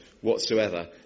whatsoever